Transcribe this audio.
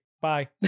bye